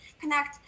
connect